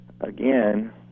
again